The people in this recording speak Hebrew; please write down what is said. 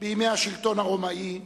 בימי השלטון הרומאי,